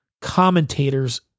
commentators